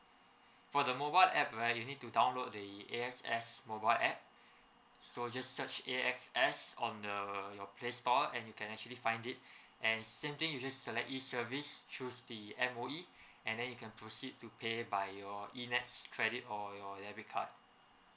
for the mobile app right you need to download the A S X mobile app so just search A S X the err your play store and you can actually find it and same thing you just select E service choose the M_O_E and then you can proceed to pay by your E nets credit or your debit card